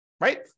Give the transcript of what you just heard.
right